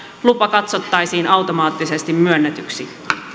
lupa katsottaisiin automaattisesti myönnetyksi